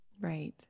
Right